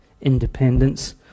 independence